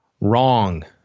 wrong